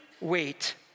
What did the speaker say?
wait